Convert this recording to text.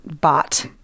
bought